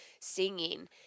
singing